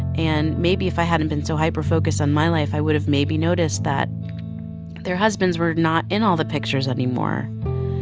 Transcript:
and maybe if i hadn't been so hyperfocused on my life, i would have maybe noticed that their husbands were not in all the pictures anymore.